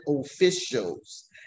officials